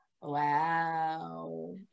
Wow